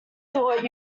thought